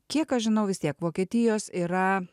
kiek aš žinau vis tiek vokietijos yra